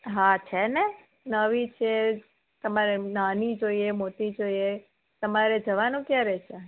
હા છે ને નવી છે તમારે નાની જોઈએ મોટી જોઈએ તમારે જવાનું ક્યારે છે